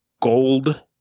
Gold